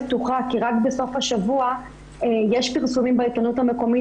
פתוחה כי רק בסוף השבוע יש פרסומים בעיתונות המקומית